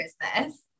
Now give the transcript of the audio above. christmas